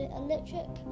electric